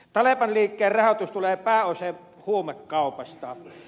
talebanliikkeen rahoitus tulee pääosin huumekaupasta